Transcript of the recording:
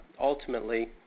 Ultimately